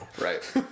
Right